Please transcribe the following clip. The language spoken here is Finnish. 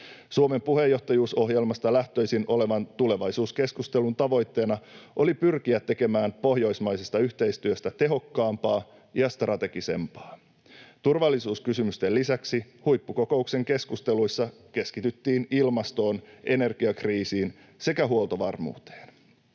Suomen puheenjohtajuusohjelmasta lähtöisin olevan tulevaisuuskeskustelun tavoitteena oli pyrkiä tekemään pohjoismaisesta yhteistyöstä tehokkaampaa ja strategisempaa. Turvallisuuskysymysten lisäksi huippukokouksen keskusteluissa keskityttiin ilmastoon, energiakriisiin sekä huoltovarmuuteen.